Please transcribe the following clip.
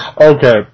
okay